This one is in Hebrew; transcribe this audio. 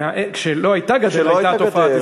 כשלא הייתה גדר הייתה תופעה,